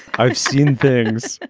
i've seen things.